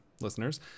listeners